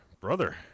Brother